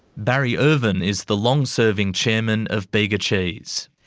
barry irvin is the long serving chairman of bega cheese.